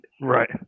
right